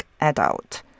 adult